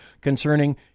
concerning